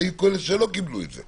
ואולי היו כאלה שלא קיבלו את זה